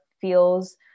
feels